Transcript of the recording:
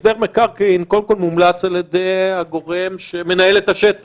הסדר מקרקעין קודם כול מומלץ על ידי הגורם שמנהל את השטח,